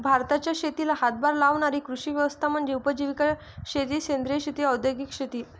भारताच्या शेतीला हातभार लावणारी कृषी व्यवस्था म्हणजे उपजीविका शेती सेंद्रिय शेती औद्योगिक शेती